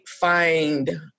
find